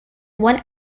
one